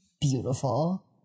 beautiful